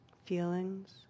feelings